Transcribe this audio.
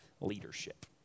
Leadership